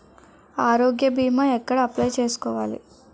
ఆరోగ్య భీమా ఎక్కడ అప్లయ్ చేసుకోవాలి?